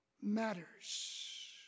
matters